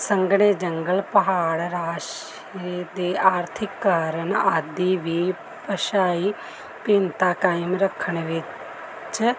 ਸੰਘਣੇ ਜੰਗਲ ਪਹਾੜ ਆਰਥਿਕ ਕਾਰਨ ਆਦਿ ਵੀ ਭਾਸ਼ਾਈ ਭਿੰਨਤਾ ਕਾਇਮ ਰੱਖਣ ਵਿੱਚ